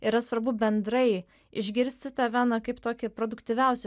yra svarbu bendrai išgirsti tave na kaip tokį produktyviausią